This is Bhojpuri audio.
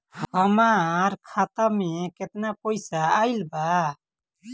हमार खाता मे केतना पईसा आइल बा?